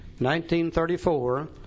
1934